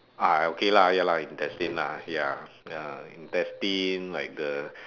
ah okay lah ya lah intestine lah ya ya intestine like the